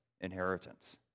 inheritance